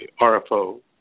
RFO